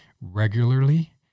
regularly